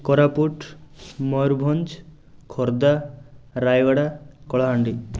Koraput Mayurbhanj Khordha Rayagada Kalahandi